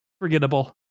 forgettable